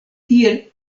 tiel